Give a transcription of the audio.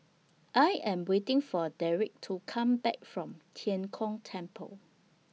I Am waiting For Dereck to Come Back from Tian Kong Temple